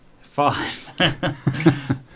five